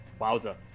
Wowza